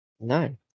No